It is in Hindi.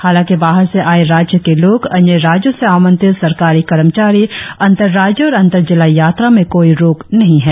हालाकि बाहर से आए राज्य के लोग अन्य राज्यों से आमंत्रित सरकारी कर्मचारी अंतर राज्य और अंतर जिला यात्रा में कोई रोक नही है